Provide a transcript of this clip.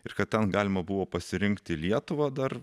ir kad ten galima buvo pasirinkti lietuvą dar